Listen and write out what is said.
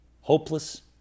hopeless